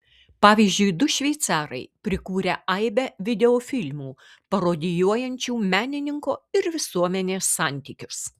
pavyzdžiui du šveicarai prikūrę aibę videofilmų parodijuojančių menininko ir visuomenės santykius